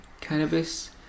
cannabis